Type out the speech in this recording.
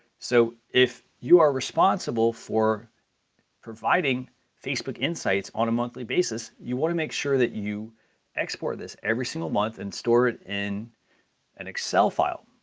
so if you are responsible for providing facebook insights on a monthly basis, you wanna make sure that you export this every single month and store it in an excel file.